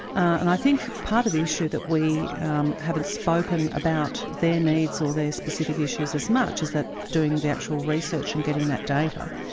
and i think part of the issue that we um haven't spoken about their needs or their specific issues as much, is that doing the actual research and getting that data,